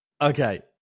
Okay